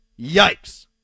yikes